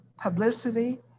publicity